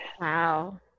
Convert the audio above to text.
Wow